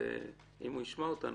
ואם הוא ישמע אותנו,